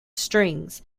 strings